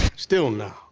still, nah.